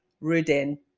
Rudin